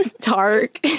Dark